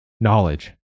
Knowledge